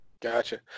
Gotcha